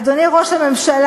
אדוני ראש הממשלה,